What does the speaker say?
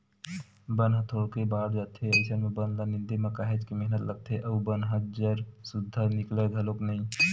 बन ह थोरको बाड़ जाथे अइसन म बन ल निंदे म काहेच के मेहनत लागथे अउ बन ह जर सुद्दा निकलय घलोक नइ